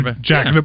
Jack